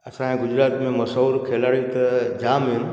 असांजे गुजरात में मशहूरु खिलाड़ियूं त जाम आहिनि